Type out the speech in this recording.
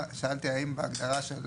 שאלתי האם ההגדרה של